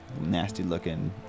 nasty-looking